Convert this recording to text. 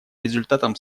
результатом